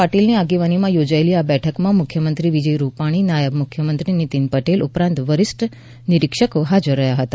પાટિલ ની આગેવાનીમાં યોજાયેલી આ બેઠકમાં મુખ્યમંત્રી વિજય રૂપાણી નાયબ મુખ્યમંત્રી નિતિનભાઈ પટેલ ઉપરાંત વરિષ્ઠ નિરીક્ષકો હાજર રહ્યા હતા